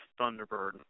Thunderbird